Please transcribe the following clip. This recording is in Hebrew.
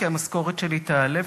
כי המשכורת שלי תעלה,